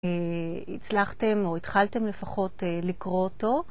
הצלחתם, או התחלתם לפחות, לקרוא אותו.